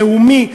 לאומי,